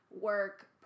work